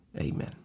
Amen